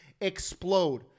explode